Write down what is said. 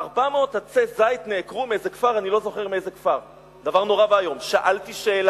אולי לוועדת משנה